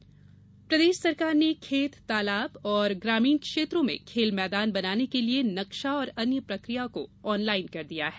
खेत तालाब प्रदेष सरकार ने खेत तालाब और ग्रामीण क्षेत्रों में खेल मैदान बनाने के लिए नक्शा और अन्य प्रकिया को ऑनलाइन कर दिया गया है